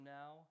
now